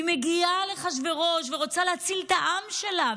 היא מגיעה לאחשוורוש ורוצה להציל את העם שלה,